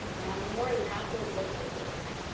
and on a more natural look like this,